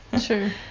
Sure